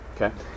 Okay